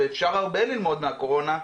ואפשר הרבה ללמוד מהקורונה,